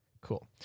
Cool